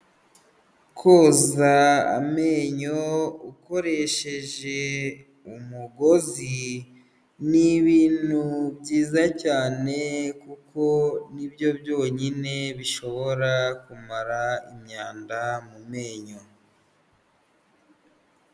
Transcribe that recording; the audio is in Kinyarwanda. Koza amenyo ukoresheje umugozi ni bintu byiza cyane, kuko ni byo byonyine bishobora kumara imyanda mu menyo.